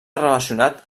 relacionat